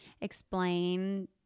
explain